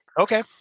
Okay